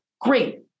great